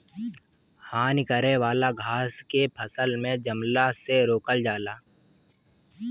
हानि करे वाला घास के फसल में जमला से रोकल जाला